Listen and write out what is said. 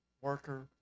worker